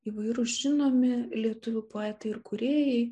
įvairūs žinomi lietuvių poetai ir kūrėjai